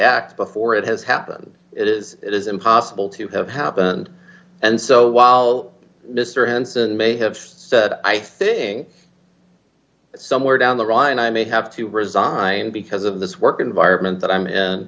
act before it has happened it is it is impossible to have happened and so while mr henson may have said i think somewhere down the line i may have to resign because of this work environment that i'm